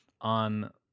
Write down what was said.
on